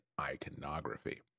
iconography